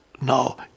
Now